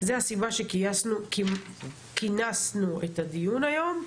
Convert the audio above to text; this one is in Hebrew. זו הסיבה שכינסנו את הדיון היום.